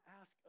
ask